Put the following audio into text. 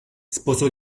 sposò